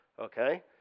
okay